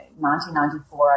1994